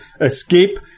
escape